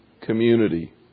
community